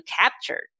captured